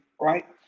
right